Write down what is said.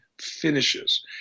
finishes